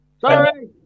sorry